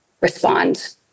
respond